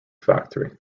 factory